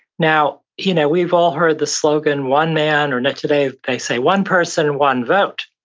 now, you know we've all heard the slogan, one man, or today they say, one person, one vote.